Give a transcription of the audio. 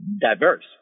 diverse